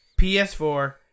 PS4